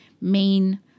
main